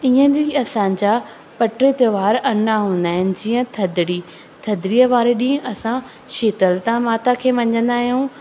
ईअं ई असांजा ॿ टे त्योहार अञा हूंदा आहिनि जीअं थधिड़ी थधिड़ीअ वारे ॾींहुं असां शीतलता माता खे मञींदा आहियूं